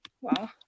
wow